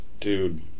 dude